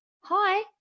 hi